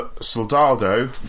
Soldado